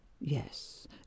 yes